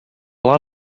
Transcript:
lot